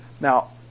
Now